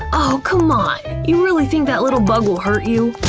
oh c'mon, you really think that little bug will hurt you?